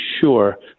sure